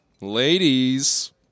Ladies